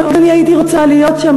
מאוד אני הייתי רוצה להיות שם,